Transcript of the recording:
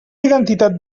identitat